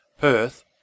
Perth